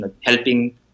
helping